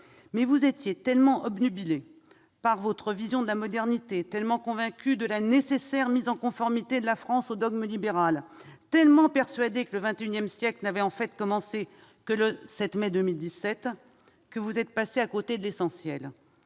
collègues étiez tellement obnubilés par votre vision de la modernité, tellement convaincus de la nécessaire mise en conformité de la France au dogme libéral, tellement persuadés que le XXI siècle n'avait commencé que le 7 mai 2017, que vous êtes passés à côté de l'essentiel